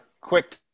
quick